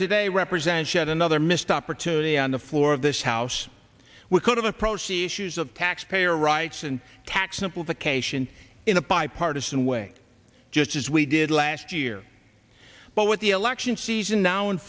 today represents yet another missed opportunity on the floor of this house we could have procedures of taxpayer rights and tax simplification in a bipartisan way just as we did last year but with the election season now